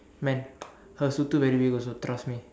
man her சூத்து:suuththu very big also trust me